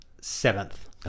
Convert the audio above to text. seventh